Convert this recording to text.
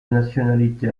nationalité